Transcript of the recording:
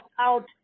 out